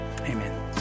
amen